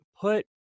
put